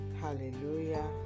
Hallelujah